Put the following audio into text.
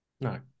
No